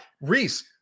Reese